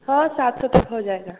हाँ सात सौ तक हो जाएगा